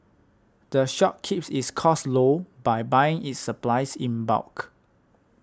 the shop keeps its costs low by buying its supplies in bulk